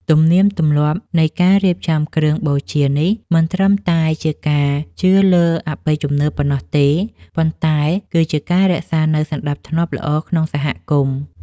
ទំនៀមទម្លាប់នៃការរៀបចំគ្រឿងបូជានេះមិនត្រឹមតែជាការជឿលើអបិយជំនឿប៉ុណ្ណោះទេ ប៉ុន្តែគឺជាការរក្សានូវសណ្តាប់ធ្នាប់ល្អក្នុងសហគមន៍។